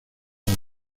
las